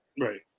Right